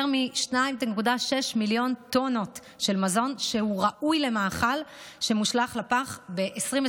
יותר מ-2.6 מיליון טונות של מזון שהוא ראוי למאכל הושלך לפח ב-2021.